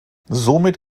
somit